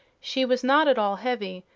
she was not at all heavy,